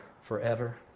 forever